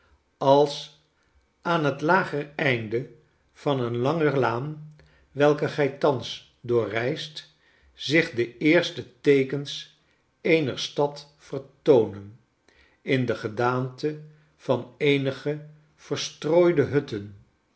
als aan het lager einde van een lange laan welke gij thans doorreist zich de eerste teekens eener stad vertoonen in de gedaante van eenige verstrooide hutten